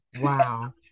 Wow